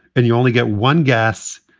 and you only get one guess.